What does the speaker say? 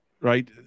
right